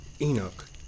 Enoch